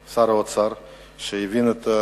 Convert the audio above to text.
מספר לא מועט באוכלוסייה הערבית שהם תושבי מדינת ישראל